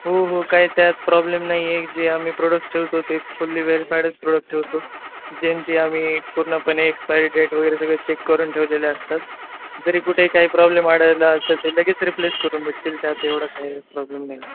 हो हो काय त्यात प्रॉब्लेम नाही आहे जे आम्ही प्रोडक्टस ठेवतो ते फुल्ली व्हेरीफाईडच प्रोडक्ट ठेवतो ज्यांची आम्ही पूर्णपणे एक्सपायरी डेट वगैरे सगळं चेक करून ठेवलेले असतात जरी कुठेही काही प्रॉब्लेम वाटायला असतं तर लगेच रिप्लेस करून भेटतील त्यात एवढं काही प्रॉब्लेम नाही